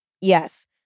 Yes